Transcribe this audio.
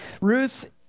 Ruth